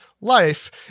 life